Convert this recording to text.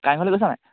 কাৰেং ঘৰলৈ গৈছা নে নাই